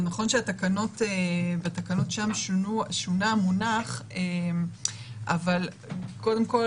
זה נכון שבתקנות שם שונה המונח, אבל קודם כל